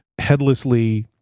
headlessly